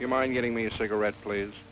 your mind getting me a cigarette pl